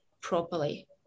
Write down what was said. properly